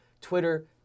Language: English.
Twitter